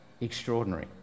extraordinary